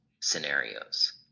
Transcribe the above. scenarios